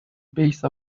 base